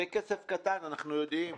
כסף קטן, אנחנו יודעים,